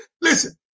Listen